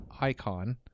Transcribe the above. icon